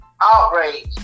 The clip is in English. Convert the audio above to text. outrage